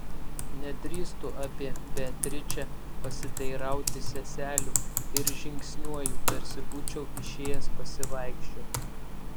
nedrįstu apie beatričę pasiteirauti seselių ir žingsniuoju tarsi būčiau išėjęs pasivaikščioti